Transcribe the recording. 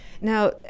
Now